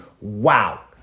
Wow